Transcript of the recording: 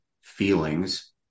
feelings